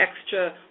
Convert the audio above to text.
extra